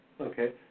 Okay